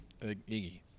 Iggy